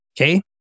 okay